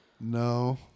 No